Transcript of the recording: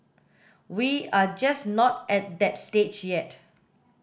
we are just not at that stage yet